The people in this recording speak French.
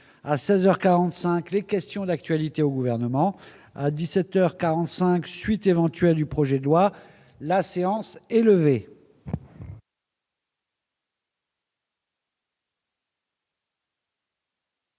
45, les questions d'actualité au gouvernement à 17 heures 45 suite éventuelle du projet de loi, la séance est levée.